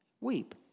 weep